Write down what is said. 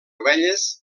ovelles